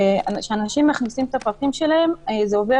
וכשאנשים מכניסים את הפרטים שלהם זה עובר